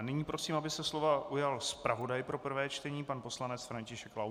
Nyní prosím, aby se slova ujal zpravodaj pro prvé čtení pan poslanec František Laudát.